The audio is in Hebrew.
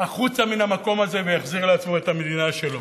החוצה מן המקום הזה ויחזיר לעצמו את המדינה שלו.